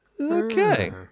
Okay